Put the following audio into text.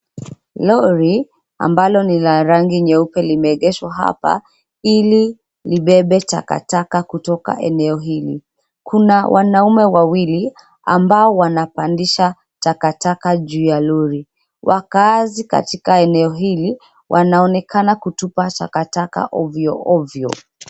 Lori ambalo ni la rangi nyeupe limeegeshwa hapa ili libebe takataka kutoka eneo hili. Kuna wanaume wawili ambao wanapandisha takataka juu ya lori. Wakaazi katika eneo hili wanaonekana kutupa takataka ovyoovyo.